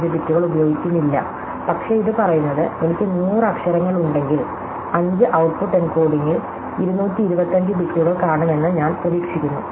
25 ബിറ്റുകൾ ഉപയോഗിക്കുന്നില്ല പക്ഷേ ഇത് പറയുന്നത് എനിക്ക് 100 അക്ഷരങ്ങളുണ്ടെങ്കിൽ 5 ഔട്ട്പുട്ട് എൻകോഡിംഗിൽ 225 ബിറ്റുകൾ കാണുമെന്ന് ഞാൻ പ്രതീക്ഷിക്കുന്നു